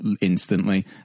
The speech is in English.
instantly